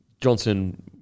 Johnson